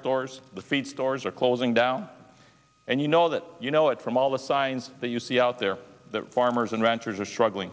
stores the feed stores are closing down and you know that you know it from all the signs that you see out there that farmers and ranchers are struggling